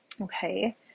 okay